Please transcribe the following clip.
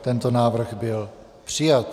Tento návrh byl přijat.